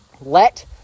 Let